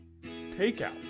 takeout